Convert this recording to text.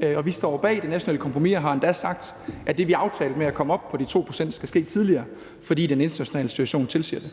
det, og vi står bag det nationale kompromis og har endda sagt, at det, vi aftalte, med at komme op på de 2 pct. skal ske tidligere, fordi den internationale situation tilsiger det.